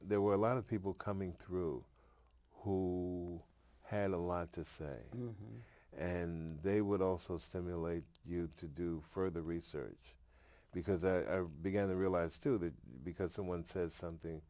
there were a lot of people coming through who had a lot to say and they would also stimulate you to do further research because a began to realize too that because someone says something